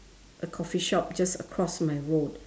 a coffee shop just across my road